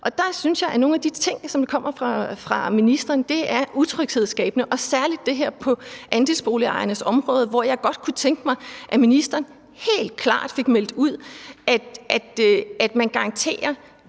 Der synes jeg, at nogle af de ting, som kommer fra ministeren, er utryghedsskabende, særlig det her på andelsboligejernes område, hvor jeg godt kunne tænke mig, at ministeren helt klart fik meldt ud, at man garanterer